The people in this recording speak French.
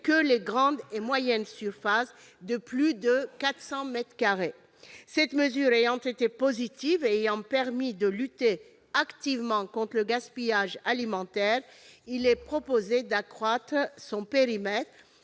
que les grandes et moyennes surfaces de plus de 400 mètres carrés. Cette mesure ayant permis de lutter activement contre le gaspillage alimentaire, il est proposé d'accroître son périmètre